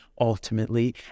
ultimately